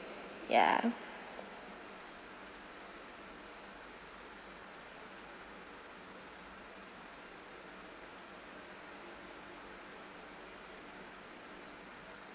ya